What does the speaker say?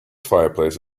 fireplace